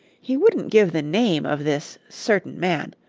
he wouldn't give the name of this certain man,